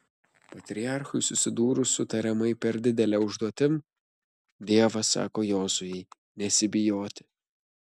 patriarchui susidūrus su tariamai per didele užduotim dievas sako jozuei nesibijoti